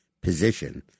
position. ¶¶